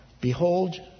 Behold